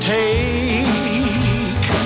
take